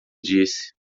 disse